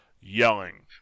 yelling